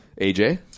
AJ